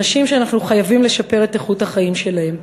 אנשים שאנחנו חייבים לשפר את איכות החיים שלהם.